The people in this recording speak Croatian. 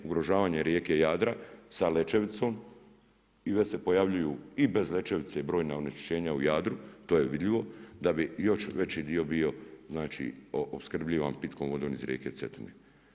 Ugrožavanje rijeke Jadra sa Lećevicom i već se pojavljuju i bez Lećevice brojna onečišćenja u Jadru to je vidljivo da bi još veći dio bio opskrbljivan pitkom vodom iz rijeke Cetine.